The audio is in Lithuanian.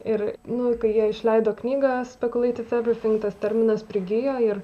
ir nu kai jie išleido knygą spekuleitifebr terminas prigijo ir